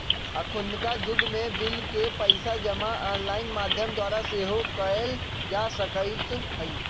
अखुन्का जुग में बिल के पइसा जमा ऑनलाइन माध्यम द्वारा सेहो कयल जा सकइत हइ